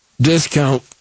discount